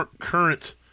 current